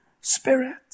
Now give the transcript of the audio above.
spirit